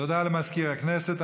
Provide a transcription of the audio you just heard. תודה למזכיר הכנסת.